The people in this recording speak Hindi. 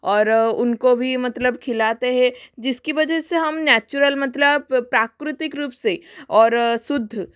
और उनको भी मतलब खिलाता है जिसकी वजह से हम नेचुरल मतलब प्राकृतिक रूप से और शुद्ध